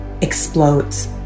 explodes